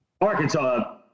Arkansas